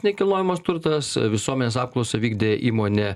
nekilnojamas turtas visuomenės apklausą vykdė įmonė